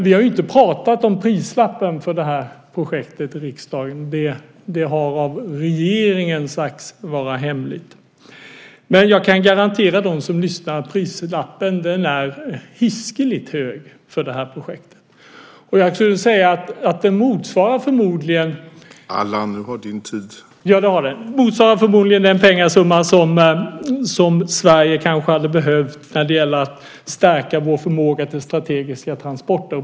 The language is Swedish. Vi har inte pratat om prislappen för det här projektet i riksdagen - priset har av regeringen sagts vara hemligt - men jag kan garantera dem som lyssnar att prislappen är hiskeligt hög för det här projektet. Den motsvarar förmodligen den pengasumma som Sverige kanske hade behövt för att stärka vår förmåga till strategiska transporter.